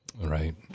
Right